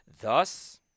thus